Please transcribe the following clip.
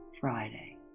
friday